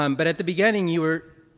um but at the beginning, you were